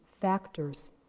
factors